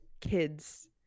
kids